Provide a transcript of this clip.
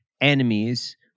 enemies